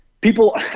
people